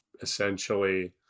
essentially